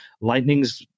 Lightning's